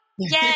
Yay